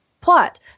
plot